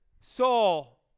Saul